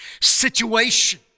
situation